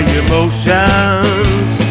emotions